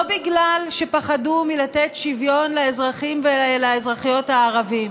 לא בגלל שפחדו לתת שוויון לאזרחים ולאזרחיות הערבים,